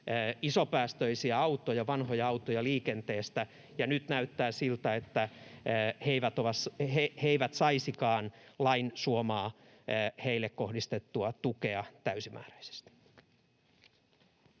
isopäästöisiä autoja liikenteestä, ja nyt näyttää siltä, että he eivät saisikaan lain suomaa heille kohdistettua tukea täysimääräisesti.